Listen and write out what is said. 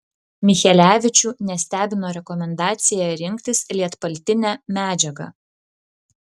michelevičių nestebino rekomendacija rinktis lietpaltinę medžiagą